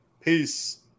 Peace